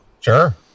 Sure